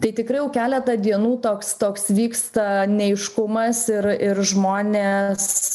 tai tikrai jau keletą dienų toks toks vyksta neaiškumas ir ir žmonės